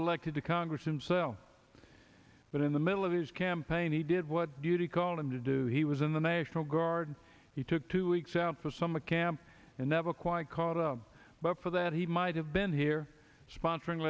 almost elected to congress himself but in the middle of his campaign he did what do you recall him to do he was in the national guard he took two weeks out for summer camp and never quite caught up but for that he might have been here sponsoring